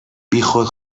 بیخود